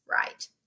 right